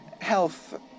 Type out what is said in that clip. health